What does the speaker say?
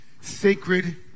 sacred